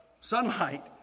sunlight